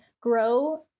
grow